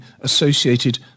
associated